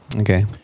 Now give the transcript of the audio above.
okay